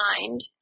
mind